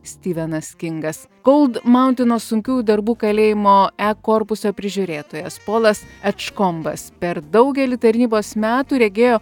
stivenas kingas kold mauntaino sunkių darbų kalėjimo e korpuso prižiūrėtojas polas etškombas per daugelį tarnybos metų regėjo